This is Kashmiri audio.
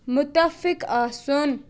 مُتفِق آسُن